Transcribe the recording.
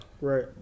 right